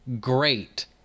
great